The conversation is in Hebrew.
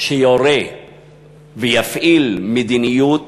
שיורה ויפעיל מדיניות